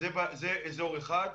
זה אזור אחד.